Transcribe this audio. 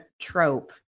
trope